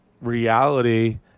reality